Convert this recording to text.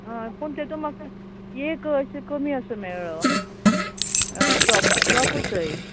हय पूण तेतून म्हाका एक अशें कमी असो मेळ्ळो टोपा टोपूच हय